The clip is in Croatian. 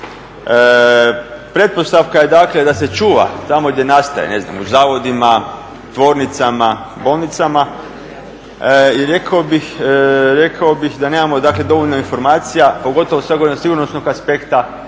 Pretpostavka je dakle da se čuva tamo gdje nastaje. Ne znam, u zavodima, tvornicama, bolnicama i rekao bih da nemamo dakle dovoljno informacija pogotovo s tog sigurnosnog aspekta